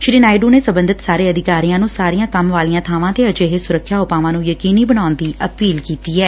ਸ੍ਰੀ ਨਾਇਡੂ ਨੇ ਸਬੰਧਤ ਸਾਰੇ ਅਧਿਕਾਰੀਆ ਨੂੰ ਸਾਰੀਆਂ ਕੰਮ ਵਾਲੀਆਂ ਬਾਵਾਂ ਤੇ ਅਜਿਹੇ ਸੁਰੱਖਿਆ ਉਪਾਅ ਨੂੰ ਯਕੀਨੀ ਬਣਾਉਣ ਦੀ ਅਪੀਲੂੰ ਕੀਤੀ ਐ